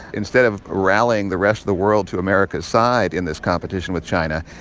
instead of rallying the rest of the world to america's side in this competition with china,